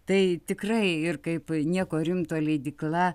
tai tikrai ir kaip nieko rimto leidykla